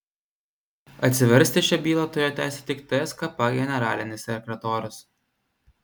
atsiversti šią bylą turėjo teisę tik tskp generalinis sekretorius